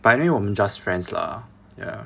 but anyway 我们 just friends lah ya